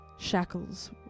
shackles